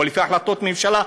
או לפי החלטות ממשלה,